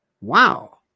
wow